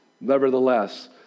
Nevertheless